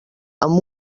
amb